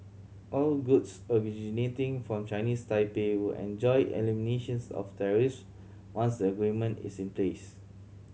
all goods originating from Chinese Taipei will enjoy eliminations of tariffs once the agreement is in place